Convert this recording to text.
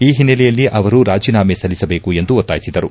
ಈ ಹಿನ್ನೆಲೆಯಲ್ಲಿ ಅವರು ರಾಜೀನಾಮೆ ಸಲ್ಲಿಸಬೇಕು ಎಂದು ಒತ್ತಾಯಿಸಿದರು